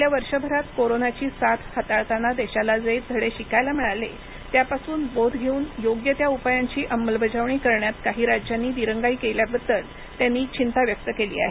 गेल्या वर्षभरात कोरोनाची साथ हाताळताना देशाला जे धडे शिकायला मिळाले त्यापासून बोध घेऊन योग्य त्या उपायांची अंमलबजावणी करण्यात काही राज्यांनी दिरंगाई केल्याबद्दल त्यांनी चिंता व्यक्त केली आहे